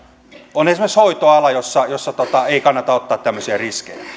on esimerkiksi hoitoala jossa jossa ei kannata ottaa tämmöisiä riskejä